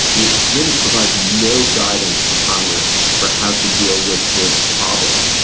it really provides no guidance to congress for how to deal with this problem.